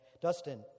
Dustin